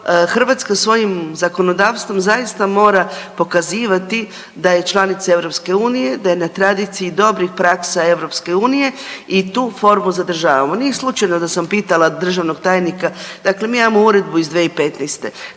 Hrvatska svojim zakonodavstvom zaista mora pokazivati da je članica EU, da je na tradiciji dobrih praksa EU i tu formu zadržavamo. Nije slučajno da sam pitala državnog tajnika, dakle mi imamo uredbu iz 2015.,